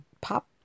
pop